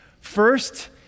First